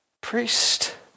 Priest